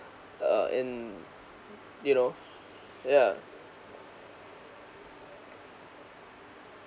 uh in you know yeah